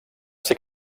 ser